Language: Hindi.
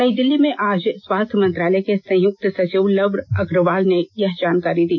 नई दिल्ली में आज स्वास्थ्य मंत्रालय के संयुक्त सचिव लव अग्रवाल ने यह जानकारी दी